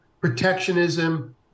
Protectionism